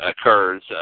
occurs